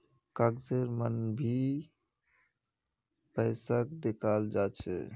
कागजेर मन भी पैसाक दखाल जा छे